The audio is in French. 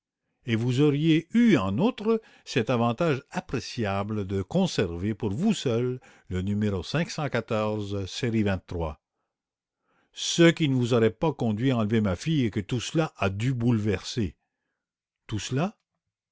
et vous auriez eu en outre cet avantage appréciable de conserver pour vous seul le numéro série ce qui ne vous aurait pas conduit à enlever ma fille que tout cela a dû bouleverser tout cela